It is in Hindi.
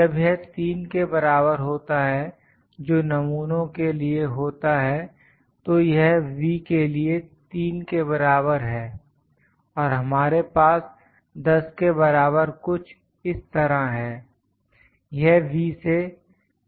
जब यह 3 के बराबर होता है जो नमूनों के लिए होता है तो यह V के लिए 3 के बराबर है और हमारे पास 10 के बराबर कुछ इस तरह है यह V से 10 के बराबर है